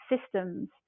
systems